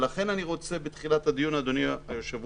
ולכן אני רוצה בתחילת הדיון, אדוני היושב-ראש,